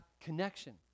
connection